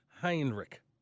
Heinrich